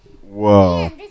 whoa